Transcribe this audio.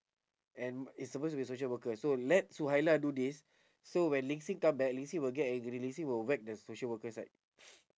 and it's suppose to be social worker so let suhaila do this so when ling xin come back ling xin will get angry ling xin will whack the social worker side